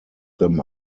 them